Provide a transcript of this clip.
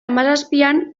hamazazpian